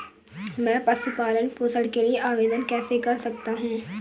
मैं पशु पालन पोषण के लिए आवेदन कैसे कर सकता हूँ?